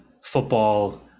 football